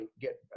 get